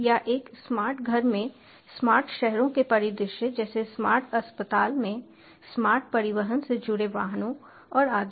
या एक स्मार्ट घर में स्मार्ट शहरों के परिदृश्य जैसे स्मार्ट अस्पताल में स्मार्ट परिवहन से जुड़े वाहनों और आदि